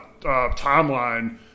timeline